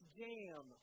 jam